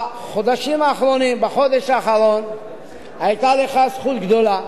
בחודש האחרון היתה לך זכות גדולה